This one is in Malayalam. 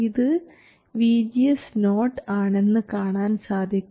ഇത് VGS0 ആണെന്ന് കാണാൻ സാധിക്കും